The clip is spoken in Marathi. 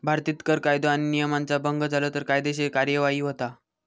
भारतीत कर कायदो आणि नियमांचा भंग झालो तर कायदेशीर कार्यवाही होता